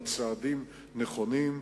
אבל צעדים נכונים,